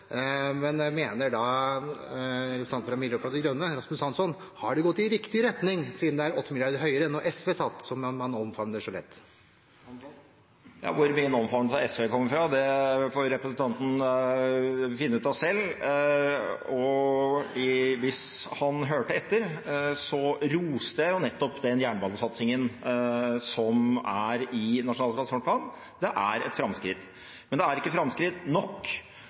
Men mener representanten Rasmus Hansson fra Miljøpartiet De Grønne at de har gått i riktig retning, siden det er 8 mrd. kr høyere enn da SV satt, som man så lett omfavner? Hvor min omfavnelse av SV kommer fra, får representanten finne ut av selv. Hvis han hørte etter, hadde han hørt at jeg nettopp roste den jernbanesatsingen som er i Nasjonal transportplan. Det er et framskritt, men det er ikke framskritt nok.